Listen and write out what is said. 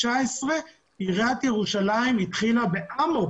2019, עיריית ירושלים התחילה באמוק